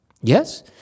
Yes